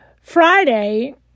Friday